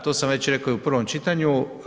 To sam već reko i u prvom čitanju.